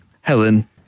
Helen